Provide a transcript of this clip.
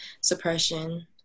suppression